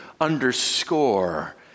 underscore